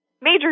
major